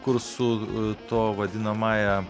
kur su to vadinamąja